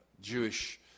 Jewish